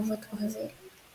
חרבות ברזל.